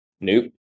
Nope